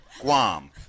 Guam